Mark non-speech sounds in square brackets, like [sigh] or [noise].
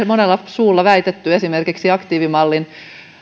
[unintelligible] monella suulla väitetty esimerkiksi aktiivimallin